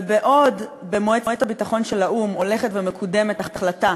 ובעוד במועצת הביטחון של האו"ם הולכת ומקודמת החלטה,